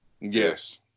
Yes